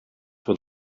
what